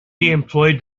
employed